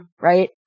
right